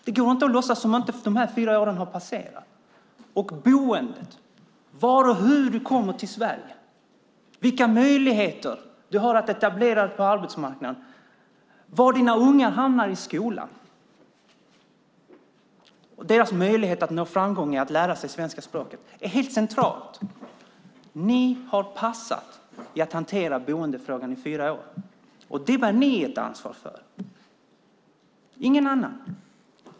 Det går inte att låtsas som att dessa fyra år inte har passerat. Boendet, var och hur du kommer till Sverige, vilka möjligheter du har att etablera dig på arbetsmarknaden, var dina ungar hamnar i skolan och deras möjligheter att nå framgång i att lära sig svenska språket är helt centralt. Ni har passat när det gäller att hantera boendefrågan i fyra år. Det bär ni ett ansvar för - ingen annan.